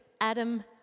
Adam